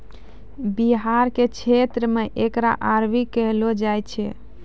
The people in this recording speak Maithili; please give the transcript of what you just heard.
बिहार के क्षेत्र मे एकरा अरबी कहलो जाय छै